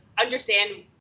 understand